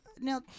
now